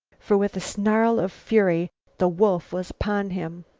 for with a snarl of fury the wolf was upon him.